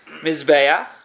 Mizbeach